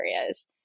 areas